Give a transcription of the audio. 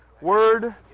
word